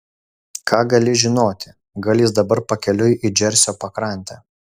ką gali žinoti gal jis dabar pakeliui į džersio pakrantę